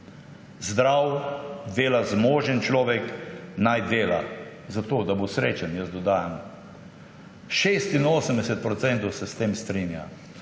Zdrav, dela zmožen človek naj dela. Zato da bo srečen, jaz dodajam. 68 % se s tem strinja.